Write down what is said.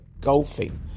golfing